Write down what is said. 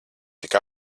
tik